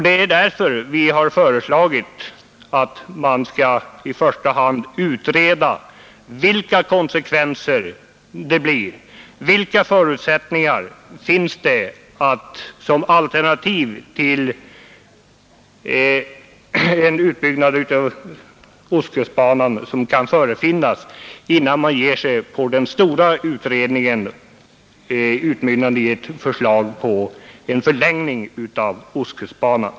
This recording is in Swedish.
Det är därför vi har föreslagit att man i första hand skall utreda vilka konsekvenser det blir, vilka förutsättningar det finns och vilka alternativ det kan finnas till en utbyggnad av ostkustbanan innan man ger sig på den stora utredningen, utmynnande i ett förslag till en förlängning av ostkustbanan.